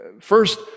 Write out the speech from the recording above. first